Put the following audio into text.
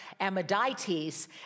amidites